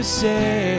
say